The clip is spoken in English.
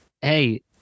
hey